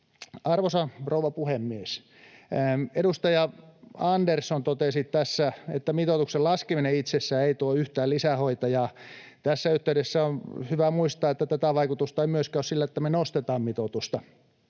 Arvoisa rouva puhemies! Edustaja Andersson totesi tässä, että mitoituksen laskeminen itsessään ei tuo yhtään lisähoitajaa. Tässä yhteydessä on hyvä muistaa, että tätä vaikutusta ei myöskään ole sillä, että me nostetaan mitoitusta.